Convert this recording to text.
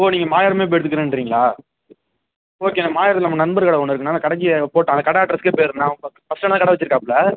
ஓ நீங்கள் மாயவரம் போய் எடுத்துக்கிறேன்றிங்களா ஓகேண்ணா மாயவரத்தில் நம்ம நண்பர் கடை ஒன்று இருக்குதுண்ணா அந்த கடைக்கு போட்டு அந்த கடை அட்ரெஸுக்கே போய்ருங்கண்ணா பஸ் ஸ்டாண்டில் தான் கடை வைச்சிருக்காப்ல